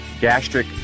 gastric